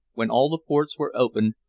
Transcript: when all the ports were opened,